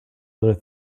other